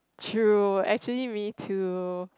true actually me too